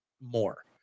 more